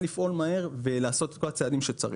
לפעול מהר ולעשות את כל הצעדים שצריך.